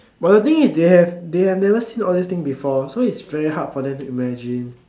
but the thing is they have they have never seen all these things before so it's very to hard for them to imagine